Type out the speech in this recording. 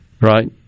right